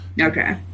Okay